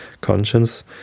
Conscience